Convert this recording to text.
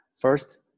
First